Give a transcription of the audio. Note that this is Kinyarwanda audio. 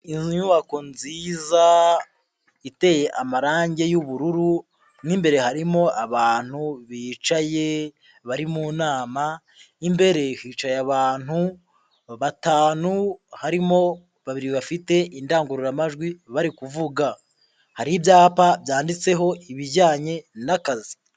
Inyubako nziza iteye amarange y'ubururu, mu imbere harimo abantu bicaye bari mu nama, imbere hicaye abantu batanu, harimo babiri bafite indangururamajwi bari kuvuga. Hari ibyapa byanditseho ibijyanye n'akazi.